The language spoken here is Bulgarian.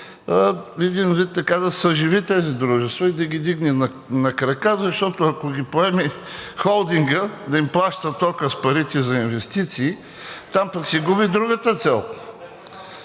един вид – да съживи тези дружества и да ги вдигне на крака, защото, ако ги поеме Холдингът да им плаща тока с парите за инвестиции, там пък се губи другата цел.